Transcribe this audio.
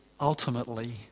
ultimately